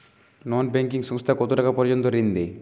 নন banking সংস্থা কতটাকা পর্যন্ত ঋণ দেয়?